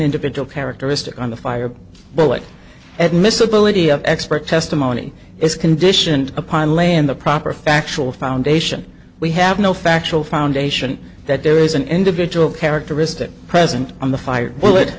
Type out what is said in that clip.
individual characteristic on the fire bullets at miss ability of expert testimony is conditioned upon laying the proper factual foundation we have no factual foundation that there is an individual characteristic present on the fire w